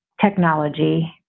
technology